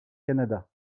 canada